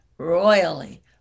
Royally